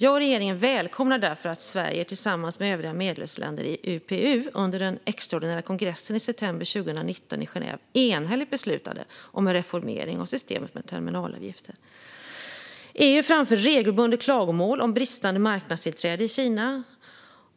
Jag och regeringen välkomnar därför att Sverige tillsammans med övriga medlemsländer i UPU under den extraordinära kongressen i september 2019 i Genève enhälligt beslutade om en reformering av systemet med terminalavgifter. EU framför regelbundet klagomål om bristande marknadstillträde i Kina